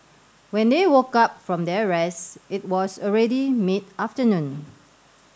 when they woke up from their rest it was already mid afternoon